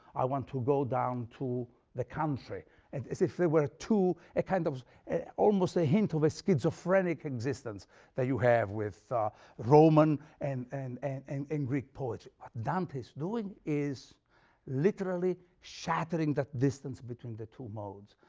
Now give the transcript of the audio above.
i want to go down to the country it's as if there were two a kind of almost a hint of a schizophrenic existence that you have with roman and and and and greek poetry. what dante's doing is literally shattering that distance between the two modes.